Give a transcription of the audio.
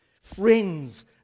Friends